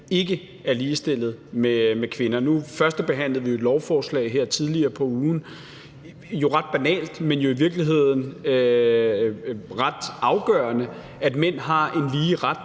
ikke er ligestillet med kvinder. Nu førstebehandlede vi jo et lovforslag om det her tidligere på ugen, og det er jo ret banalt, men i virkeligheden ret afgørende, at mænd har en lige ret